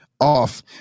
off